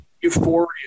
euphoria